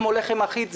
כמו לחם אחיד,